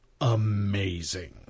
amazing